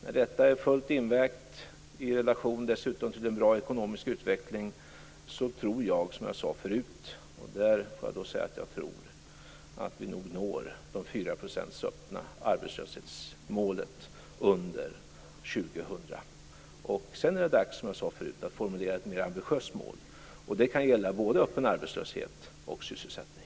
När detta är fullt invägt, dessutom i relation till en bra ekonomisk utveckling, tror jag, som jag sade förut - här får jag då säga att jag tror - att vi nog når arbetslöshetsmålet 4 % öppet arbetslösa under år 2000. Sedan är det dags, som jag sade förut, att formulera ett mer ambitiöst mål. Det kan gälla både öppen arbetslöshet och sysselsättning.